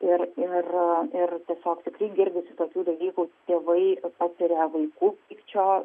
ir ir ir tiesiog tikrai girdisi tokių dalykų tėvai patiria vaikų pykčio